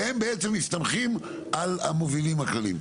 והם בעצם מסתמכים על המובילים הכלליים.